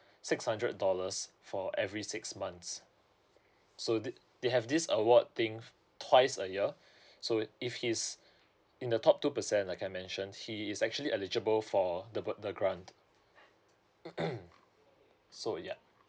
six hundred dollars for every six months so they they have this award thing twice a year so if he's in the top two percent like I mentioned he is actually eligible for the bur~ the grant so yup